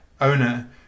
owner